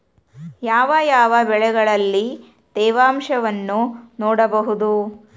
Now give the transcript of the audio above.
ಯಾವ ಯಾವ ಬೆಳೆಗಳಲ್ಲಿ ತೇವಾಂಶವನ್ನು ನೋಡಬಹುದು?